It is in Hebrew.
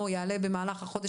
זה בדיוק המענה שניתן עבורן.